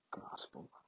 gospel